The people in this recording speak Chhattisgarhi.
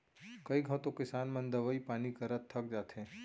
कई घंव तो किसान मन दवई पानी करत थक जाथें